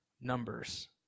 numbers